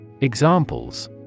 Examples